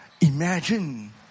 Imagine